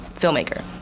filmmaker